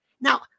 Now